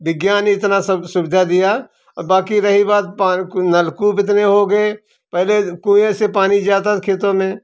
विज्ञान इतना सब सुविधा दिया और बाकी रही बात नलकूप इतने हो गए पहले कुएँ से पानी जाता था खेतों में